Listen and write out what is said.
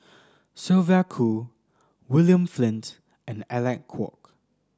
Sylvia Kho William Flint and Alec Kuok